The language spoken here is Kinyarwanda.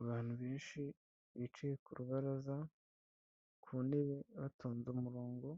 Abantu benshi bicaye ku rubaraza, ku ntebe batonda umurongo